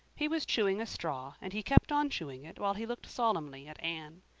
he was chewing a straw and he kept on chewing it while he looked solemnly at anne.